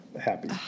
happy